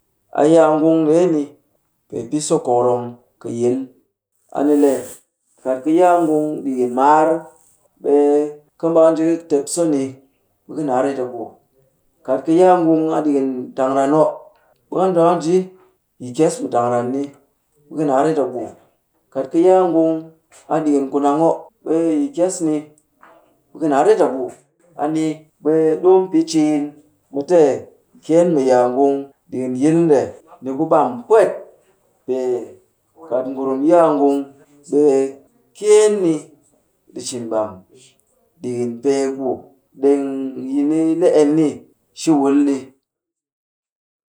A yaa ngung ndeeni, pee pɨ sokokorong kɨ yil. A ni le kat ka yaa ngung dikin maar, ɓe ka mbaa ka nji ka tep so ni, ɓe ka naa ret a buu. Kat ka yaa ngung a ɗikin tang ran oh ɓe ka ka nji yi kyes mu tang ran ni, ɓe ka naa ret a buu. Kat ka yaa ngun a ɗikin ku nang oh, ɓe yi kyes ni, ɓe ka naa ret a buu. a ni ɓe ɗimu pɨ ciin mu te kyeen mu yaa ngung ɗikin yil nde, ni ku ɓam pwet. Pee kat ngurum yaa ngung, ɓe kyeen ni ɗi cin ɓam dɨkin pee ku ɗend yini le en ni shi wul ɗi.